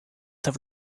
have